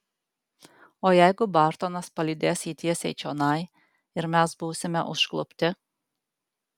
o jeigu bartonas palydės jį tiesiai čionai ir mes būsime užklupti